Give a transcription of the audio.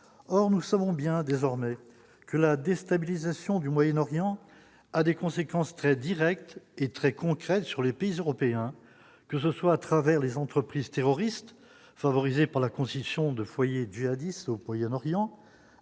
or nous savons bien désormais que la déstabilisation du Moyen-Orient, a des conséquences très directe et très concrète sur les pays européens, que ce soit à travers les entreprises terroristes favorisée par la constitution de foyers du en Orient